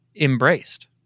embraced